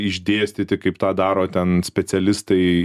išdėstyti kaip tą daro ten specialistai